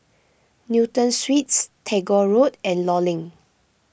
Newton Suites Tagore Road and Law Link